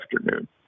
afternoon